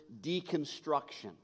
deconstruction